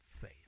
faith